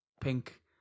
pink